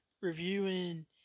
reviewing